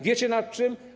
Wiecie, nad czym?